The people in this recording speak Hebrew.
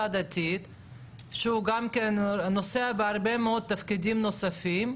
שקלים עודפים בכל שנה על המוצרים האלה.